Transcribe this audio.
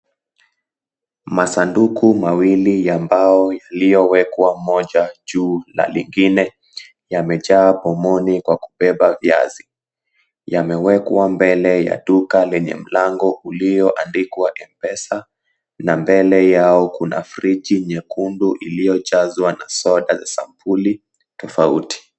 Masanduku mawili ya mbao yaliyowekwa moja juu na lingine, yamejaa pomoni kwa kubeba viazi. Yamewekwa mbele ya duka lenye mlango ulioandikwa Mpesa, na mbele yao kuna friji nyekundu iliyojazwa na soda za sampuli tofauti.